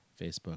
Facebook